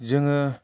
जोङो